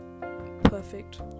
perfect